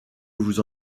vous